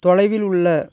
தொலைவில் உள்ள